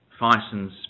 Fisons